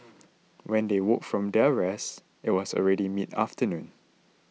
when they woke up from their rest it was already midafternoon